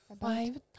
five